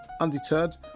Undeterred